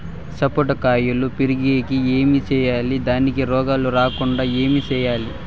సపోట కాయలు పెరిగేకి ఏమి సేయాలి దానికి రోగాలు రాకుండా ఏమి సేయాలి?